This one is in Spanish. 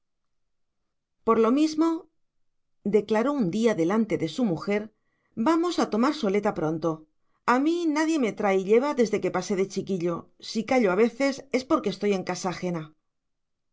por lo mismo declaró un día delante de su mujer vamos a tomar soleta pronto a mí nadie me trae y lleva desde que pasé de chiquillo si callo a veces es porque estoy en casa ajena